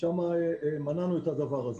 ושם מנענו את הדבר הזה.